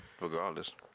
regardless